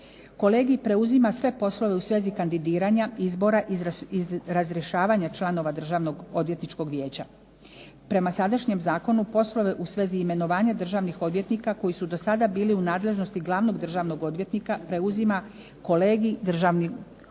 Kolegij preuzima sve poslove u svezi kandidiranja izbora i razrješavanja članova Državno-odvjetničkog vijeća. Prema sadašnjem zakonu poslove u svezi imenovanja državnih odvjetnika koji su do sada bili u nadležnosti glavnog državnog odvjetnika preuzima kolegij Državnog odvjetništva.